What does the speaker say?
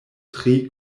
tri